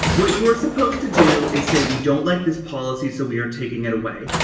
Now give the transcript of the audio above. what you are supposed to do is say we don't like this policy so we are taking it away.